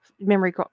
Memory